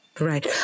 Right